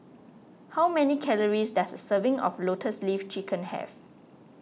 how many calories does a serving of Lotus Leaf Chicken Have